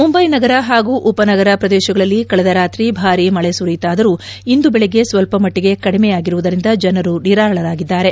ಮುಂಬೈ ನಗರ ಹಾಗೂ ಉಪನಗರ ಪ್ರದೇಶಗಳಲ್ಲಿ ಕಳೆದ ರಾತ್ರಿ ಭಾರಿ ಮಳೆ ಸುರಿಯಿತಾದರೂ ಇಂದು ಬೆಳಿಗ್ಗೆ ಸ್ವಲ್ಪ ಮಟ್ಟಿಗೆ ಕಡಿಮೆಯಾಗಿರುವುದರಿಂದ ಜನರು ನಿರಾಳರಾಗಿದ್ದಾರೆ